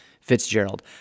Fitzgerald